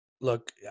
look